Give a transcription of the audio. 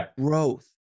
growth